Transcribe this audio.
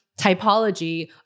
typology